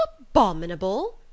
Abominable